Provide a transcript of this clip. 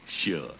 Sure